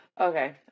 Okay